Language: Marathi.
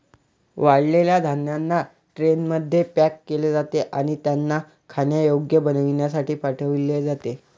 वाळलेल्या धान्यांना ट्रेनमध्ये पॅक केले जाते आणि त्यांना खाण्यायोग्य बनविण्यासाठी पाठविले जाते